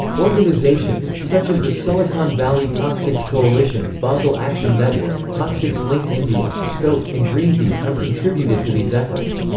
organizations, such as the silicon valley toxics coalition, basel action network, toxics link india, scope, and greenpeace have contributed to these efforts.